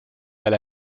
weil